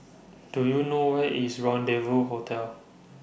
Do YOU know Where IS Rendezvous Hotel